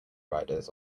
riders